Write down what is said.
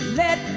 let